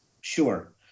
Sure